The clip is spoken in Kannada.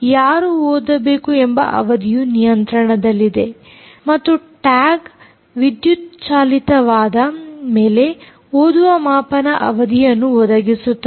ಯಾರು ಓದಬೇಕು ಎಂಬ ಅವಧಿಯು ನಿಯಂತ್ರಣದಲ್ಲಿದೆ ಮತ್ತು ಟ್ಯಾಗ್ ವಿದ್ಯುತ್ ಚಾಲಿತವಾದ ಮೇಲೆ ಓದುವ ಮಾಪನ ಅವಧಿಯನ್ನು ಒದಗಿಸುತ್ತದೆ